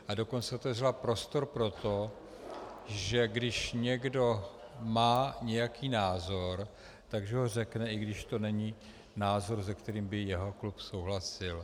A dokonce otevřela prostor pro to, že když někdo má nějaký názor, tak ho řekne, i když to není názor, se kterým by jeho klub souhlasil.